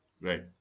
Right